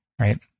right